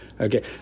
Okay